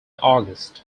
august